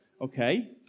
Okay